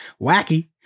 wacky